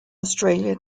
australia